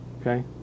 okay